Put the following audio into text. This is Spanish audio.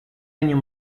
año